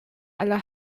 aller